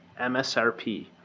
MSRP